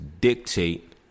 dictate